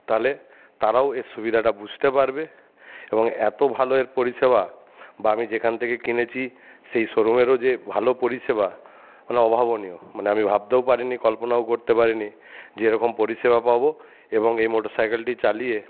তালে তারাও এর সুবিধাটা বুঝতে পারবে এবং এতো ভালো এর পরিষেবা বা আমি যেখান থেকে কিনেছি সেই শোরুমেরও যে ভালো পরিষেবা মানে অভাবনীয় মানে আমি ভাবতেও পারিনি কল্পনাও করতে পারিনি যে এরকম পরিষেবা পাবো এবং এই মোটর সাইকেলটি চালিয়ে